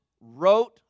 Wrote